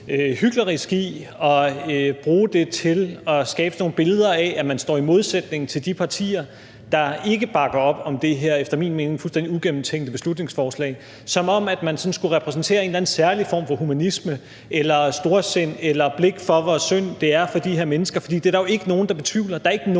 hyklerisk i at bruge det til at skabe sådan nogle billeder af, at man står i modsætning til de partier, der ikke bakker op om det her efter min mening fuldstændig ugennemtænkte beslutningsforslag – som om man sådan skulle repræsentere en eller anden særlig form for humanisme eller storsind eller blik for, hvor synd det er for de her mennesker, for det er der jo ikke nogen der betvivler.